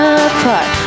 apart